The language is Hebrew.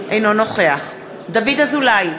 אינו נוכח דוד אזולאי,